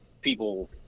people